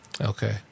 Okay